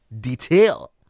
detail